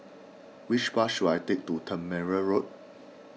which bus should I take to Tangmere Road